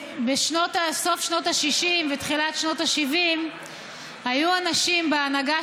בסוף שנות ה-60 ותחילת שנות ה-70 היו אנשים בהנהגה